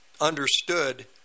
understood